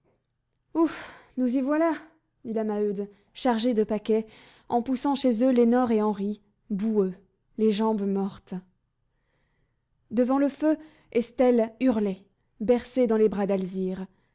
ouf nous y voilà dit la maheude chargée de paquets en poussant chez eux lénore et henri boueux les jambes mortes devant le feu estelle hurlait bercée dans les bras d'alzire